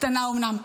קטנה אומנם,